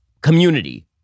community